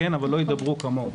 לא ידברו כמוהו.